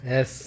Yes